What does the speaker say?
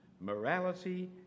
morality